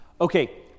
Okay